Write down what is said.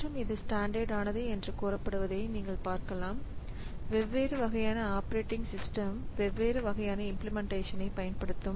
மற்றும் இது ஸ்டாண்டர்டு ஆனது என்று கூறப்படுவதை நீங்கள் பார்க்கலாம் வெவ்வேறு வகையான ஆப்பரேட்டிங் சிஸ்டம் வெவ்வேறு இம்பிளிமெண்டேஷன் பயன்படுத்தும்